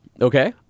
Okay